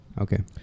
Okay